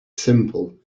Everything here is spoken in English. simple